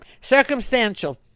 Circumstantial